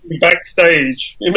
backstage